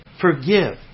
forgive